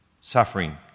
suffering